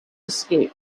escape